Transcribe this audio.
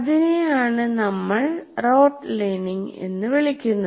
അതിനെയാണ് നമ്മൾ rote learning എന്ന് വിളിക്കുന്നത്